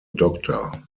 doctor